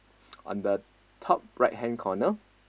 on the top right hand corner